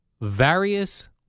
various